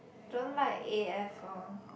don't like a_f lor